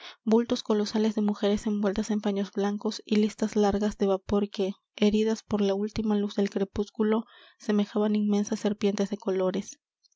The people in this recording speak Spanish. bultos colosales de mujeres envueltas en paños blancos y listas largas de vapor que heridas por la última luz del crepúsculo semejaban inmensas serpientes de colores